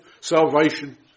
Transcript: salvation